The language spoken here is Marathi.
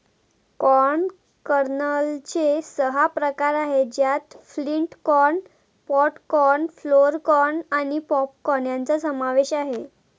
कॉर्न कर्नलचे सहा प्रकार आहेत ज्यात flint corn, pod corn, flour corn आणि पॉप कॉर्न यांचा समावेश आहे